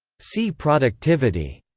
see productivity.